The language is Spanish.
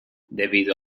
debido